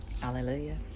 Hallelujah